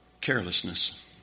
carelessness